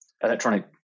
electronic